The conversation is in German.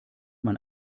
man